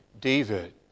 David